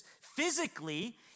physically